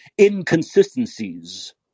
inconsistencies